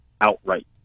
outright